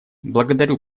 благодарю